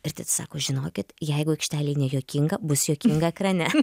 ir titas sako žinokit jeigu aikštelėj nejuokinga bus juokinga ekrane